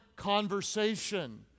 conversation